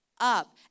up